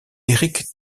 eric